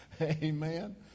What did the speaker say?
amen